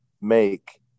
make